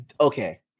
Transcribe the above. okay